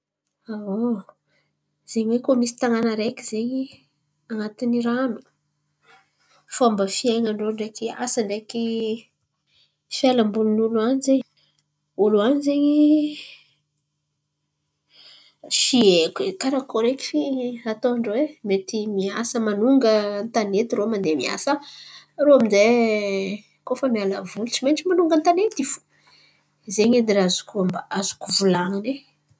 Zen̈y koa misy tanàn̈a areky izen̈y an̈atiny rano, fomba fiain̈an-drô, ndreky asa, ndreky fialamboly n'olo an̈y zen̈y olo an̈y zen̈y i tsy haiko e karakory eky i ataon-drô. Ataon-drô e mety masahy manonga tanety irô mandeha miasa irô aminjay koa fa miala voly tsy maintsy manonga tanenty fo. Zen̈y edy ny azoko amba- azoko volan̈iny.